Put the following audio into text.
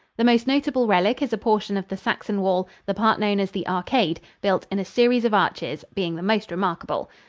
the most notable relic is a portion of the saxon wall, the part known as the arcade, built in a series of arches, being the most remarkable.